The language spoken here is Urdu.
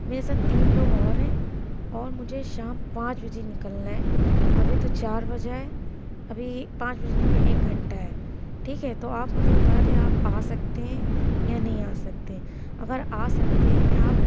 میرے ساتھ تین لوگ اور ہیں اور مجھے شام پانچ بجے نکلنا ہے ابھی تو چار بجے ہے ابھی پانچ بجنے میں ایک گھنٹہ ہے ٹھیک ہے تو آپ مجھے بتا دیں آپ آ سکتے ہیں یا نہیں آ سکتے ہیں اگر آ سکتے ہیں آپ